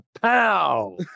pow